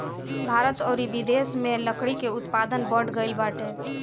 भारत अउरी बिदेस में लकड़ी के उत्पादन बढ़ गइल बाटे